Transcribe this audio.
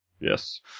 Yes